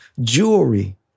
jewelry